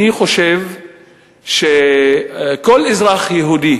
אני חושב שכל אזרח יהודי